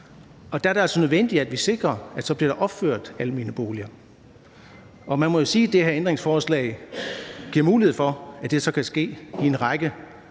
er det altså nødvendigt, at vi sikrer, at der bliver opført almene boliger. Man må jo sige, at det her ændringsforslag giver mulighed for, at det så kan ske i en række